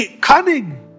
cunning